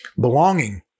belonging